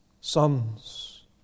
sons